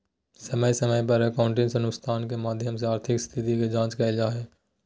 समय समय पर अकाउन्टिंग अनुसंधान के माध्यम से आर्थिक स्थिति के जांच कईल जा हइ